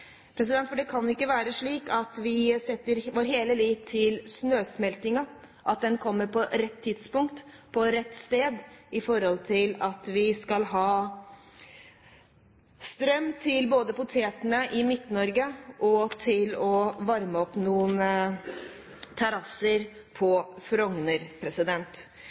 For det kan ikke være slik at vi setter hele vår lit til snøsmeltingen, at den kommer på rett tidspunkt og på rett sted når vi skal ha strøm både til potetene i Midt-Norge og til å varme opp noen terrasser på Frogner.